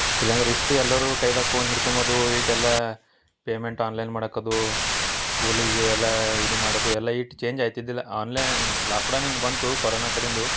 ಇಲ್ಲಾಂದ್ರೆ ಇಷ್ಟು ಎಲ್ಲರೂ ಕೈದಾಗೆ ಫೋನ್ ಹಿಡ್ಕೊಳ್ಬೋದು ಇಷ್ಟೆಲ್ಲ ಪೇಮೆಂಟ್ ಆನ್ಲೈನ್ ಮಾಡಾಕದು ಸ್ಕೂಲಿಗೆ ಎಲ್ಲ ಇದು ಮಾಡೋದು ಎಲ್ಲ ಇಷ್ಟ್ ಚೇಂಜ್ ಆಗ್ತಿದ್ದಿಲ್ಲ ಆನ್ಲೈನ್ ಲಾಕ್ಡೌನ್ ಏನು ಬಂತು ಕೊರೋನ ಕಡೆದು